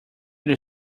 your